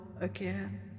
again